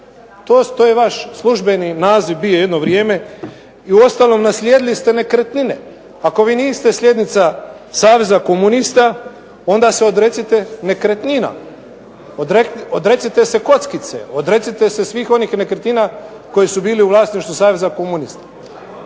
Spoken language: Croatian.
To je vaš službeni naziv bio jedno vrijeme. I uostalom naslijedili ste nekretnine. Ako vi niste sljednica saveza komunista, onda se odrecite nekretnina. Odrecite se kockice, odrecite se svih onih nekretnina koji su bili u vlasništvu saveza komunista.